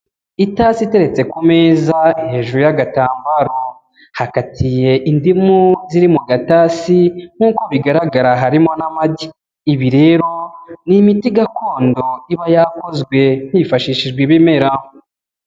Itasi iteretse ku meza hejuru y'agatambaro, hakatiye indimu ziri mu gatasi nk'uko bigaragara harimo n'amagi, ibi rero ni imiti gakondo iba yakozwe hifashishijwe ibimera.